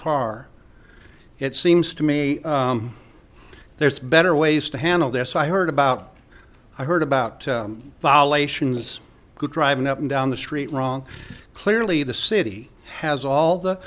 far it seems to me there's better ways to handle this i heard about i heard about violations who driving up and down the street wrong clearly the city has all the